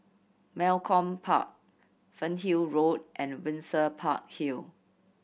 Malcolm Park Fernhill Road and Windsor Park Hill